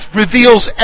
reveals